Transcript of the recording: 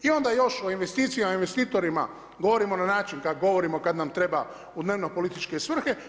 I onda još o investicijama i investitorima govorimo na način kada govorimo kada nam treba u dnevno političke svrhe.